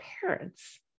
parents